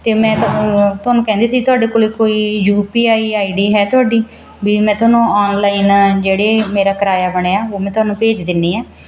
ਅਤੇ ਮੈਂ ਤੁਹਾਨੂੰ ਤੁਹਾਨੂੰ ਕਹਿੰਦੀ ਸੀ ਤੁਹਾਡੇ ਕੋਲ ਕੋਈ U P I I D ਹੈ ਤੁਹਾਡੀ ਵੀ ਮੈਂ ਤੁਹਾਨੂੰ ਔਨਲਾਈਨ ਜਿਹੜਾ ਮੇਰਾ ਕਰਾਇਆ ਬਣਿਆ ਉਹ ਮੈਂ ਤੁਹਾਨੂੰ ਭੇਜ ਦਿੰਦੀ ਹਾਂ